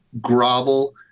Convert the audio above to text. grovel